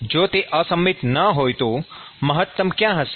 જો તે અસંમિત ન હોય તો મહત્તમ ક્યાં હશે